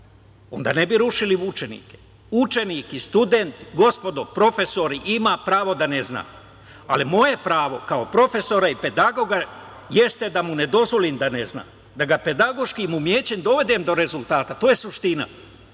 onda ne bi rušili učenike. Učenik i student, gospodo profesori, ima pravo da ne zna, ali moje pravo kao profesora i pedagoga jeste da mu ne dozvolim da ne zna, da ga pedagoškim umećem dovedem do rezultata, to je suština,